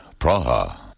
Praha